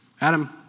Adam